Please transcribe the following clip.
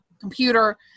computer